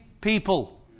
people